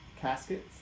caskets